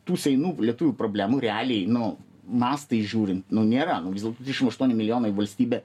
tų seinų lietuvių problemų realiai nu mastai žiūrint nėra nu vis dėlto dvidešim aštuoni milijonai valstybė